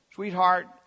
Sweetheart